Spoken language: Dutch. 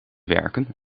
werken